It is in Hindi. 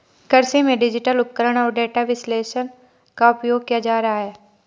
कृषि में डिजिटल उपकरण और डेटा विश्लेषण का उपयोग किया जा रहा है